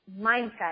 mindset